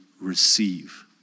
receive